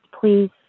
please